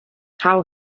how